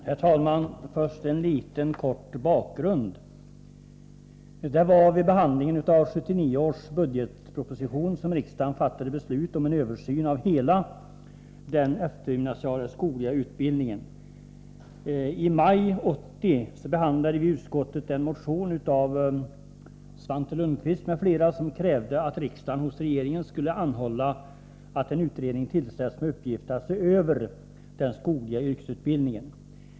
Herr talman! Först en liten bakgrund: Det var vid behandlingen av 1979 års budgetproposition som riksdagen fattade beslut om en översyn av hela den eftergymnasiala skogliga utbildningen. I maj 1980 behandlade utskottet en motion av Svante Lundkvist m.fl. där det krävdes att riksdagen hos regeringen skulle anhålla om att en utredning tillsattes med uppgift att se över den skogliga yrkesutbildningen.